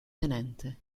tenente